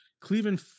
Cleveland